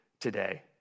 today